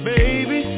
Baby